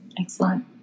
Excellent